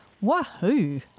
Wahoo